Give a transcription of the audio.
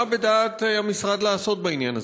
מה בדעת המשרד לעשות בעניין הזה?